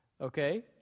okay